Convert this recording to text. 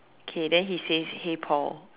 okay then he says hey Paul